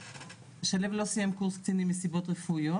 שליו לא סיים קורס קצינים מסיבות רפואיות,